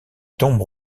tombes